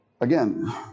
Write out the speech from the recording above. again